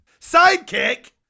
Sidekick